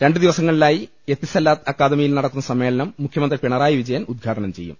രണ്ടു ദിവസങ്ങളിലായി എത്തിസലാത്ത് അക്കാദമിയിൽ നടക്കുന്ന സമ്മേളനം മുഖ്യമന്ത്രി പിണറായി വിജയൻ ഉദ്ഘാടനം ചെയ്യും